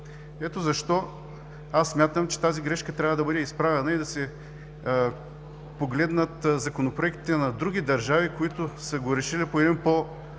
Ето защо аз смятам, че тази грешка трябва да бъде изправена и да се погледнат законопроектите на други държави, които са го решили по един по-разумен